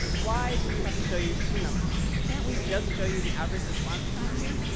why do we have to show you two numbers? can't we just show you the average response time here?